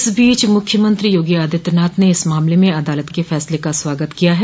इस बीच मुख्यमंत्री योगी आदित्यनाथ ने इस मामले में अदालत के फैसले का स्वागत किया है